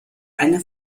eine